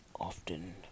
often